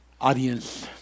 Audience